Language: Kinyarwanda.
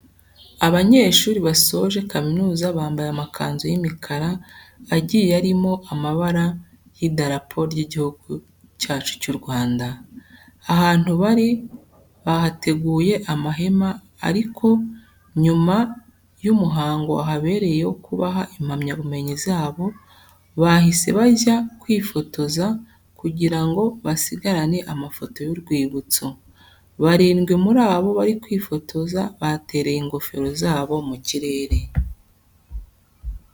Abanyeshuri basoje kaminuza bambaye amakanzu y'imikara agiye arimo amabara y'idarapo ry'Igihugu cyacu cy'u Rwanda. Ahantu bari bahateguye amahema ariko nyuma y'umuhango wahabereye wo kubaha impamyabumenyi zabo bahise bajya kwifotoza kugira ngo basigarane amafoto y'urwibutso. Barindwi muri bo bari kwifotoza batereye ingofero zabo mu kirere.